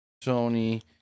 Tony